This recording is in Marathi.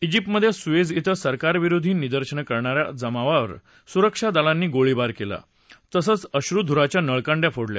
ाजिप्तमधे सुएझ ाबं सरकारविरोधी निदर्शनं करणा या जमावावर सुरक्षा दलांनी गोळीबार केला तसंच अश्रूधुराच्या नळकांड्या फोडल्या